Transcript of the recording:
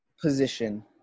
position